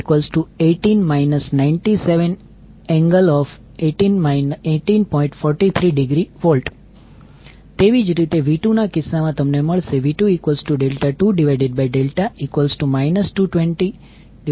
43°V તેવી જ રીતે V2 ના કિસ્સામાં તમને મળશે V2∆2∆ 22015 j513